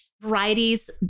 Varieties